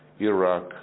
Iraq